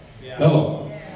Hello